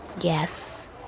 yes